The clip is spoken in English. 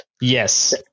Yes